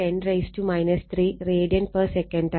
5 10 3 rad sec എന്നാണ്